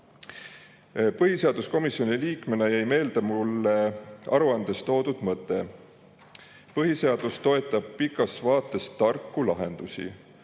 Põhiseaduskomisjoni liikmena jäi mulle meelde aruandes toodud mõte, et põhiseadus toetab pikas vaates tarku lahendusi.